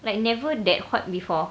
like never that hot before